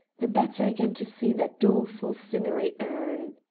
the better again to see that doleful cinerary urn.